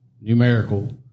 numerical